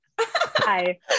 hi